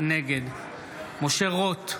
נגד משה רוט,